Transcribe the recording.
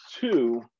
two